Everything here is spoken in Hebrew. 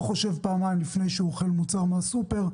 חושב פעמיים לפני שהוא אוכל מוצר מהסופר.